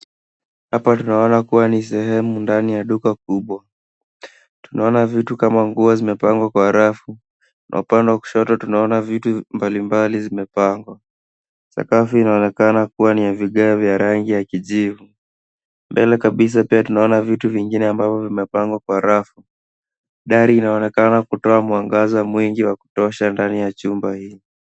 Hapa tunaona kuwa ni sehemu ndani ya duka kubwa. Tunaona vitu kama nguo zimepangwa kwa rafu na upande wa kushoto tunaona vitu mbalimbali zimepangwa. Sakafu inaonekana kuwa ni ya vigae ya rangi ya kijivu. Mbele kabisa pia tunaona vitu vingine ambavyo vimepangwa kwa rafu. Dari inaonekana kutoa mwangaza mwingi wa kutosha ndani ya chumba hii.